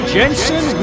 Jensen